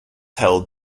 held